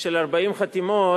של 40 חתימות